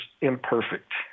imperfect